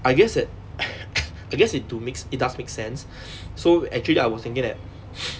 I guess that I guess it's to mak~ it does make sense so actually I was thinking that